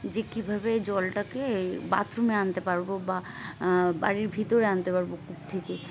যে কীভাবে জলটাকে বাথরুমে আনতে পারবো বা বাড়ির ভিতরে আনতে পারবো কূপ থেকে